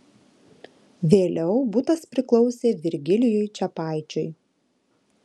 vėliau butas priklausė virgilijui čepaičiui